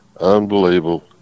Unbelievable